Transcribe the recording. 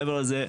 מעבר לזה,